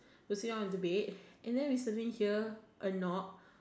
we sit on the bed and then we suddenly hear a knock